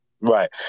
Right